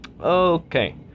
Okay